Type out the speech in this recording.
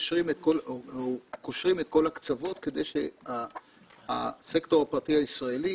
מקשרים או קושרים את כל הקצוות כדי שהסקטור הפרטי הישראלי